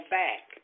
back